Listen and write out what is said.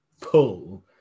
pull